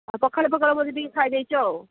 ଆଉ ପଖାଳ ପଖାଳ ବୋଧେ ଟିକିଏ ଖାଇଦେଇଛ ଆଉ